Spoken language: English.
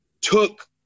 took